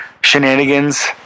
shenanigans